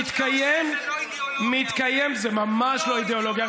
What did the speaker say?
זה ממש לא אידיאולוגיה.